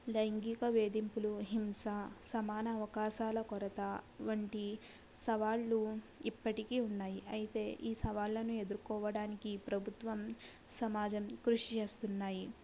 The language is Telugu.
లైంగిక వేధింపులు హింస సమాన అవకాశాల కొరత వంటి సవాళ్ళు ఇప్పటికీ ఉన్నాయి అయితే ఈ సవాళ్ళను ఎదుర్కోడానికి ప్రభుత్వం సమాజం కృషి చేస్తున్నాయి